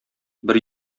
бер